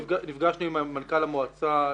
נפגשנו עם מנכ"ל המועצה.